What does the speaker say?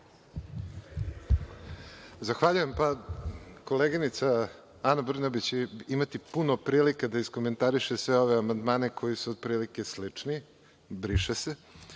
Zahvaljujem. Koleginica Ana Brnabić će imati puno prilika da iskomentariše sve ove amandmane koji su otprilike slični – briše se,